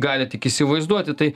gali tik įsivaizduoti tai